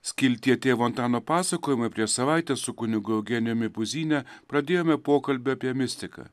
skiltyje tėvo antano pasakojimai prieš savaitę su kunigu eugenijumi puzyne pradėjome pokalbį apie mistiką